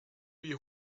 wie